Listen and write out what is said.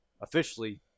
officially